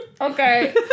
Okay